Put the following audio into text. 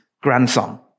grandson